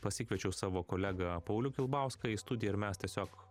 pasikviečiau savo kolegą paulių kilbauską į studiją ir mes tiesiog